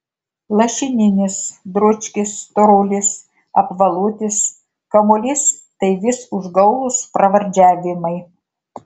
lašininis dručkis storulis apvalutis kamuolys tai vis užgaulūs pravardžiavimai